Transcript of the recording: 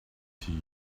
tea